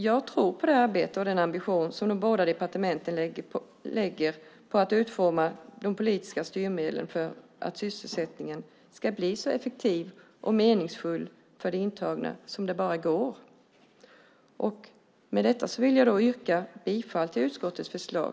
Jag tror på det arbetet och den ambition som de båda departementen lägger på att utforma de politiska styrmedlen för att sysselsättningen ska bli så effektiv och meningsfull för de intagna som det bara går. Med detta vill jag yrka bifall till utskottets förslag.